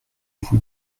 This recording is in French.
vous